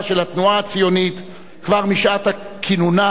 של התנועה הציונית כבר משעת כינונה,